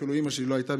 אפילו אימא שלי לא הייתה,